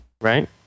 Right